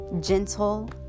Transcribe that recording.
gentle